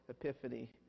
Epiphany